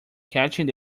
catching